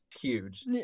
huge